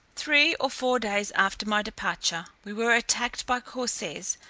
three or four days after my departure, we were attacked by corsairs,